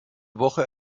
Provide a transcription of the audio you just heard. woche